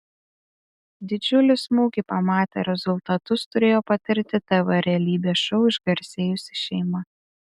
didžiulį smūgį pamatę rezultatus turėjo patirti tv realybės šou išgarsėjusi šeima